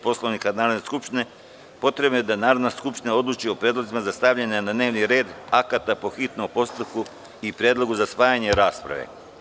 Poslovnika Narodne skupštine, potrebno je da Narodna skupština odluči o predlozima za stavljanje na dnevni red akata po hitnom postupku i predlogu za spajanje rasprave.